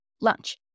lunch